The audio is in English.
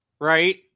right